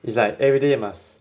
it's like everyday must